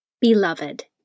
Beloved